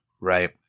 right